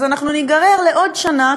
אז אנחנו ניגרר לעוד שנה,